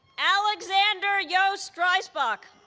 alexander yost dreisbach